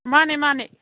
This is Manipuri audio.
ꯃꯥꯟꯅꯦ ꯃꯥꯟꯅꯦ